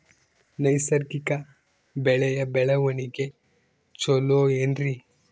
ನೈಸರ್ಗಿಕ ಬೆಳೆಯ ಬೆಳವಣಿಗೆ ಚೊಲೊ ಏನ್ರಿ?